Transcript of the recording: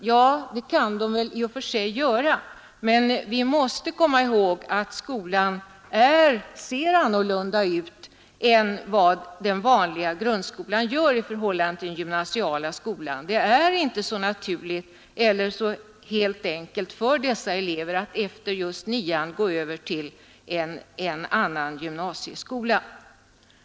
Ja, det är i och för sig riktigt, men vi måste komma ihåg att Kristofferskolan ser annorlunda ut än vad den vanliga grundskolan gör i förhållande till den gymnasiala skolan. Det är inte så helt enkelt för dessa elever att efter nionde klassen gå över till en annan gymnasieskola.